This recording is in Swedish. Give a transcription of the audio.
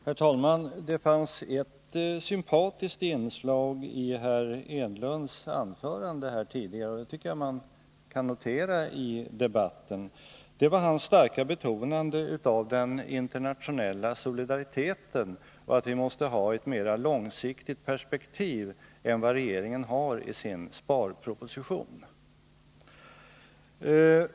Herr talman! Det fanns ett sympatiskt inslag i herr Enlunds anförande här tidigare, och det tycker jag att man kan notera i debatten. Jag avser hans starka betonande av den internationella solidariteten och uttalandet att vi måste ha ett mer långsiktigt perspektiv än regeringen har i sin sparproposition.